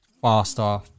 Faster